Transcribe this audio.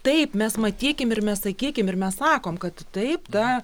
taip mes matykim ir mes sakykim ir mes sakom kad taip ta